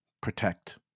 protect